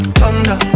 thunder